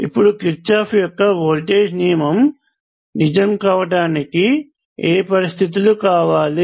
ఇప్పుడు కిర్చాఫ్ యొక్క వోల్టేజ్ నియమము నిజం కావటానికి ఏ పరిస్థితులు కావాలి